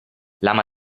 lama